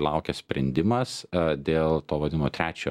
laukia sprendimas dėl to trečio